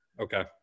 Okay